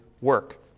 work